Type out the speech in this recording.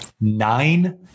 Nine